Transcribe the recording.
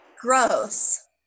gross